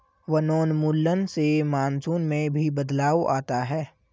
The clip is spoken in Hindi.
वनोन्मूलन से मानसून में भी बदलाव आता है